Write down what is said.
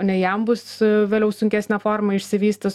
nei jam bus vėliau sunkesnė forma išsivystys